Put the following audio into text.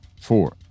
four